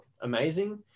amazing